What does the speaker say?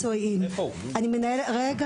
באופן ספציפי, המקרה הזה הוא רע.